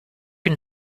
can